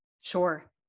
Sure